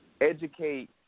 educate